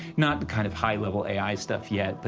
not the kind of high-level a i. stuff yet, but,